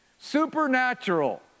Supernatural